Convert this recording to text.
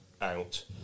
out